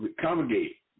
congregate